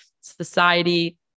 society